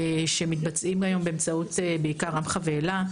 שמתבצעים היום בעיקר באמצעות עמך ואלה,